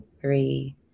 three